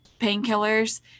painkillers